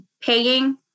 paying